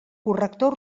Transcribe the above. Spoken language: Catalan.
corrector